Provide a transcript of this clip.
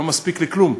שלא מספיק לכלום.